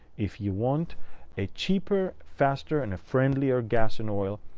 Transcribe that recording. if you want a cheaper, faster, and a friendlier gas and oil,